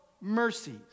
mercies